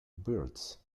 birds